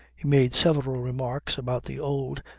he made several remarks about the old,